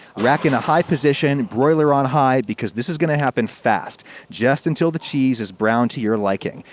rack in a high position, broiler on high, because this is gonna happen fast just until the cheese is brown to your liking.